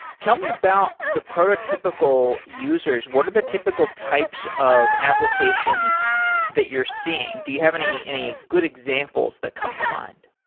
tell me about the prototypical users. what are the typical types of applications that you're seeing? do you have any any good examples that come to mind?